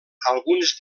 alguns